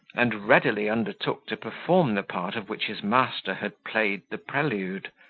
and readily undertook to perform the part of which his master had played the prelude.